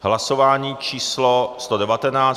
Hlasování číslo 119.